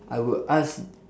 I will ask